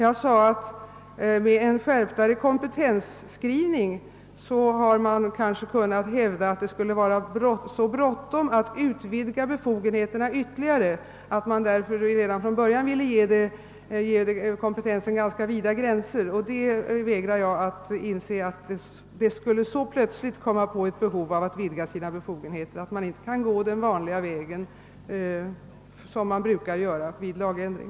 Jag sade att vid en mera skärpt kompetensskrivning har man kanske kunnat hävda att det skulle vara så bråttom att utvidga befogenheterna ytterligare, att man därför redan från början ville ge kompetensen ganska vida gränser. Jag vägrar att inse att det så plötsligt skulle uppkomma ett behov av att utvidga befogenheterna, att man inte kan gå den vanliga väg man brukar använda vid lagändring.